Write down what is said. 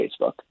Facebook